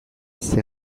zer